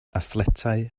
athletau